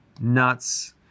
Nuts